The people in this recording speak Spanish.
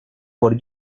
por